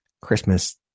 Christmas